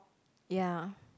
ya